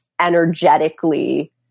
energetically